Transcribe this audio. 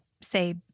say